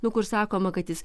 nu kur sakoma kad jis